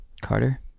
Carter